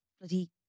bloody